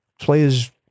players